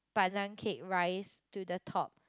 pandan cake rise to the top